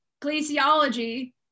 glaciology